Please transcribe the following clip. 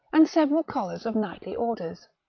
and several collars of knightly orders.